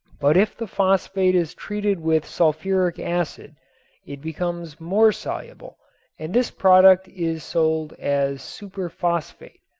but if the phosphate is treated with sulfuric acid it becomes more soluble and this product is sold as superphosphate.